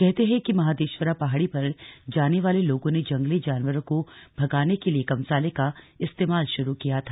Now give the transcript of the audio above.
कहते हैं कि महादेश्वरा पहाड़ी पर जाने वाले लोगों ने जंगली जानवरों को भगाने के लिए कमसाले का इस्तेमाल शुरू किया था